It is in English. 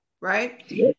right